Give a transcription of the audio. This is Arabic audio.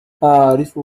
أعرف